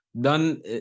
done